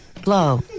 blow